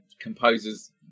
composers